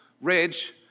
Ridge